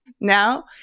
Now